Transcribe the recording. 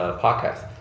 podcast